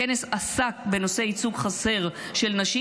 הכנס עסק בנושא ייצוג חסר של נשים